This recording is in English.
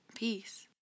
Peace